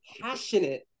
passionate